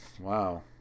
Wow